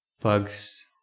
bugs